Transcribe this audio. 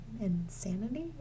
Insanity